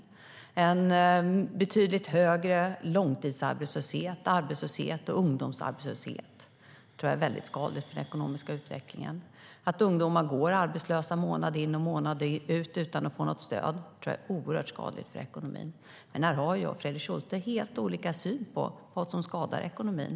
Det är en betydligt högre långtidsarbetslöshet, arbetslöshet och ungdomsarbetslöshet. Det tror jag är väldigt skadligt för den ekonomiska utvecklingen. Att ungdomar går arbetslösa månad in och månad ut utan att få något stöd tror jag är oerhört skadligt för ekonomin. Jag och Fredrik Schulte har helt olika syn på vad som skadar ekonomin.